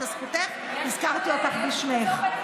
זו זכותך, הזכרתי אותך בשמך.